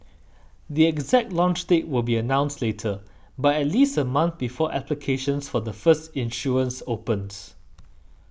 the exact launch date will be announced later but at least a month before applications for the first issuance open